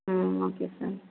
ம் okay sir